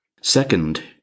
Second